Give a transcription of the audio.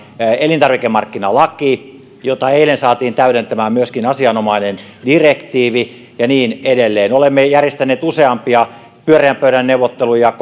elintarvikemarkkinalaki jota eilen saatiin täydentämään myöskin asianomainen direktiivi ja niin edelleen olemme järjestäneet useampia pyöreän pöydän neuvotteluja